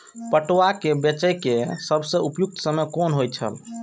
पटुआ केय बेचय केय सबसं उपयुक्त समय कोन होय छल?